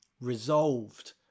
Resolved